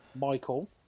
Michael